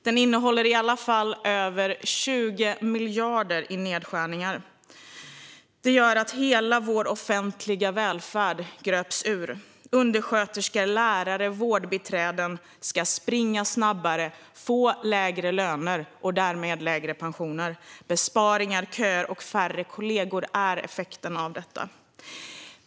Den innehåller över 20 miljarder i nedskärningar. Det gör att hela vår offentliga välfärd gröps ur. Undersköterskor, lärare och vårdbiträden ska springa snabbare och få lägre löner och därmed lägre pensioner. Besparingar, köer och färre kollegor är effekten av detta.